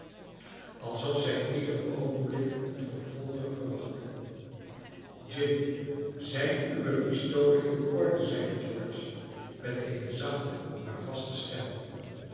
alsof zij ieder oogenblik een vervolger verwachtte jim zijn uwe pistolen in orde zeide george met eene zachte maar vaste stem